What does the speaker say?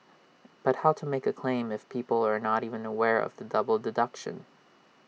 but how to make A claim if people are not even aware of the double deduction